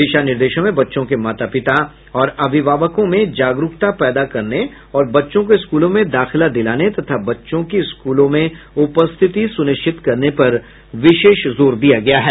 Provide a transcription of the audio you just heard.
दिशा निर्देशों में बच्चों के माता पिता और अभिभावकों में जागरूकता पैदा करने और बच्चों को स्कूलों में दाखिला दिलाने तथा बच्चों की स्कूलों में उपस्थिति सुनिश्चित करने पर विशेष जोर दिया गया है